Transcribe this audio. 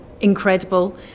incredible